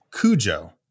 Cujo